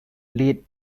late